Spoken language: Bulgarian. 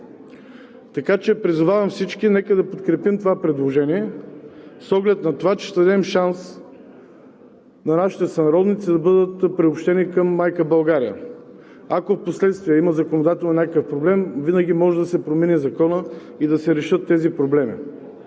Така че призовавам всички – нека да подкрепим това предложение с оглед на това, че ще дадем шанс на нашите сънародници да бъдат приобщени към майка България. Ако впоследствие има някакъв законодателен проблем, винаги може да се промени Законът и да се решат тези проблеми.